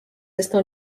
estão